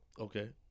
Okay